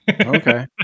Okay